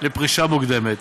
לפרישה מוקדמת.